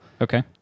Okay